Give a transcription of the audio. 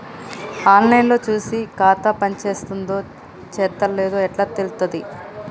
On line లో చూసి ఖాతా పనిచేత్తందో చేత్తలేదో ఎట్లా తెలుత్తది?